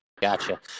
Gotcha